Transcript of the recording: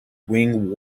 wing